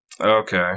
Okay